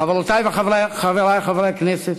חברותי וחברי חברי הכנסת,